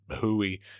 hooey